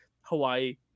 Hawaii